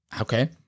Okay